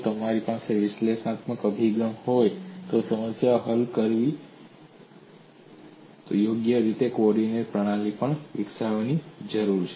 તેથી જો મારે વિશ્લેષણાત્મક અભિગમ દ્વારા કોઈ સમસ્યા હલ કરવી હોય તો મારે યોગ્ય કોઓર્ડિનેટ પ્રણાલી પણ વિકસાવવાની જરૂર છે